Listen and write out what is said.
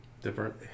different